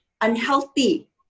unhealthy